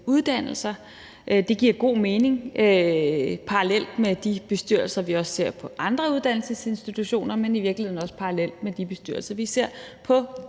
uddannelser. Det giver god mening – parallelt med de bestyrelser, vi også ser på andre uddannelsesinstitutioner, men i virkeligheden også parallelt med de bestyrelser, vi ser på de